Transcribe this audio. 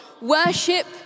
worship